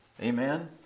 Amen